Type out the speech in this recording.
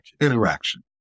interaction